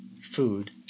food